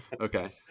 Okay